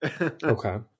okay